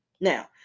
Now